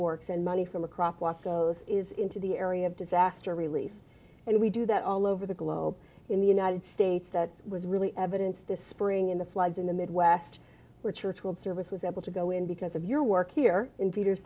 works and money from acropolis goes is into the area of disaster relief and we do that all over the globe in the united states that was really evidence this spring in the floods in the midwest where church will service was able to go in because of your work here in peter